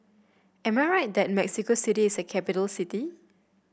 am I right that Mexico City is a capital city